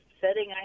setting